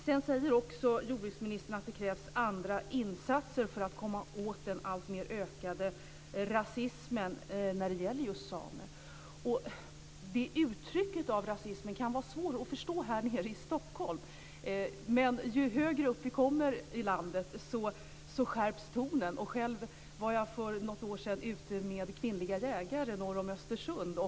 Sedan säger jordbruksministern också att det krävs andra insatser för att komma åt den alltmer ökade rasismen när det gäller just samer. Uttrycken för den här rasismen kan vara svåra att förstå här nere i Stockholm. Men ju högre upp i landet vi kommer, desto mer skärps tonen. För något år sedan var jag själv ute med kvinnliga jägare norr om Östersund.